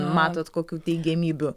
matot kokių teigiamybių